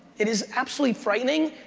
it is absolutely frightening,